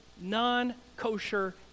non-kosher